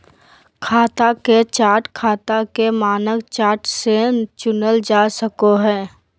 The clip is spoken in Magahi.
खाता के चार्ट खाता के मानक चार्ट से चुनल जा सको हय